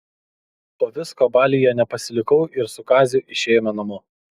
po visko baliuje nepasilikau ir su kaziu išėjome namo